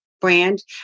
brand